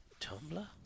Tumblr